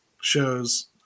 shows